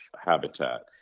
habitat